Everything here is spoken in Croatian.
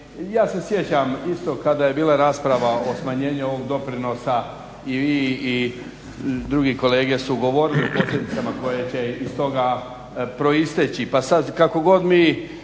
ja se sjećam isto kada je bila rasprava o smanjenju ovog doprinosa i drugi kolege su govorili o posljedicama koje će iz toga proisteći. Pa sada kako god mi